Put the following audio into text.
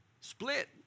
Split